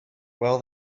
well